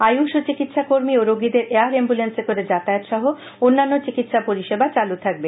আয়ুষ ও চিকিৎসা কর্মী ও রোগীদের এয়ার অ্যাম্বুলেন্সে করে যাতায়াত সহ অন্যান্য চিকিৎসা পরিষেবা চালু থাকবে